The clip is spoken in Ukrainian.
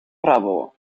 правило